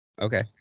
Okay